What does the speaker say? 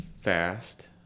fast